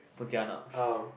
Pontianaks